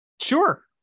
sure